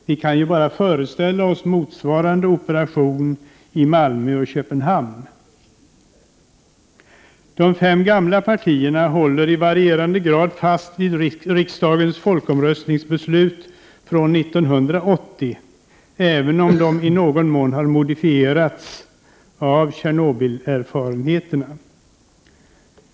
Vi kan ju försöka föreställa oss motsvarande operation i Malmö och Köpenhamn. De fem gamla partierna håller i varierande grad fast vid riksdagens folkomröstningsbeslut från 1980, även om inställningen i någon mån har modifierats av Tjernobylerfarenheterna.